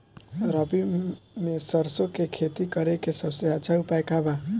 रबी में सरसो के खेती करे के सबसे अच्छा उपाय का बा?